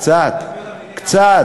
קצת,